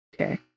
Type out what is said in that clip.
Okay